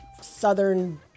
Southern